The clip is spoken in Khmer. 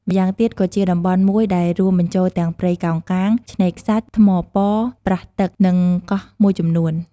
ម្យ៉ាងទៀតក៏ជាតំបន់មួយដែលរួមបញ្ចូលទាំងព្រៃកោងកាង ឆ្នេរខ្សាច់ ថ្មប៉ប្រះទឹក និងកោះមួយចំនួន។